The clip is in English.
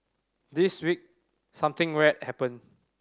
this week something rare happened